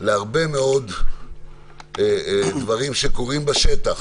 להרבה מאוד דברים שקורים בשטח.